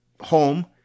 home